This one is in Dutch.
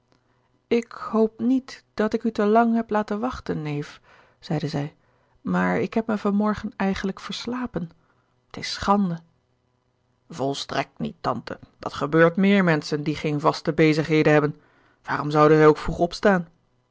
ik hoop niet dat ik u te lang heb laten wachten neef zeide zij maar ik heb me van morgen eigenlijk verslapen t is schande volstrekt niet tante dat gebeurt meer menschen die geen vaste bezigheden hebben waarom zouden zij ook vroeg opstaan